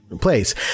place